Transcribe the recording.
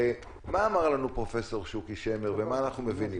הרי מה אמר לנו פרופ' שוקי שמר ומה אנחנו מבינים?